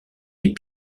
les